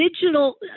digital